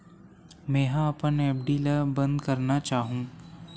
मेंहा अपन एफ.डी ला बंद करना चाहहु